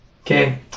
Okay